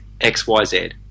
XYZ